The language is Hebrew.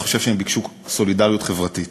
אני חושב שהם ביקשו סולידריות חברתית,